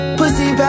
pussy